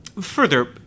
further